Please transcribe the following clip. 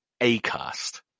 Acast